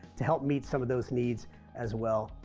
to help meet some of those needs as well.